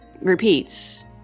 repeats